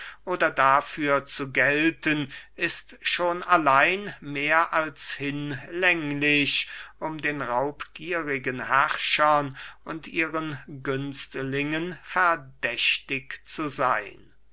oder dafür zu gelten ist schon allein mehr als hinlänglich um den raubgierigen herrschern und ihren günstlingen verdächtig zu seyn